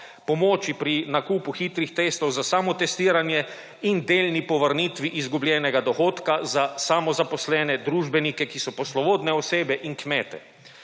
pomoči pri nakupu hitrih testov za samotestiranje in delni povrnitvi izgubljenega dohodka za samozaposlene družbenike, ki so poslovodne osebe in kmete.